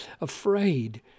afraid